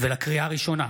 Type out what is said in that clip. לקריאה ראשונה,